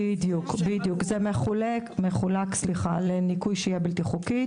בדיוק, זה מחולק לניכוי שהיה בלתי חוקית.